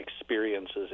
experiences